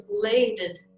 bladed